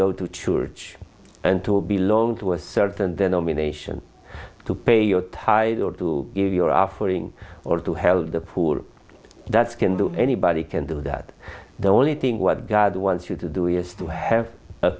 go to church and to belong to a certain the nomination to pay your ties or to give your offering or to help the poor that's can do anybody can do that the only thing what god wants you to do is to have